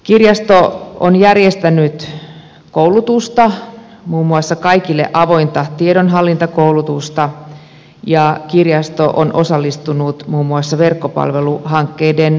kirjasto on järjestänyt koulutusta muun muassa kaikille avointa tiedonhallintakoulutusta ja kirjasto on osallistunut muun muassa verkkopalveluhankkeiden uudistamiseen